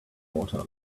water